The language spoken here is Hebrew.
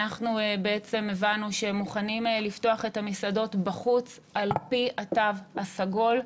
אנחנו הבנו שהם מוכנים לפתוח את המסעדות בחוץ על פי התו הסגול.